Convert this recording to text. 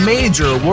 Major